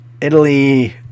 Italy